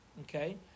Okay